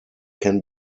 can